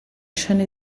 scene